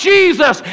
Jesus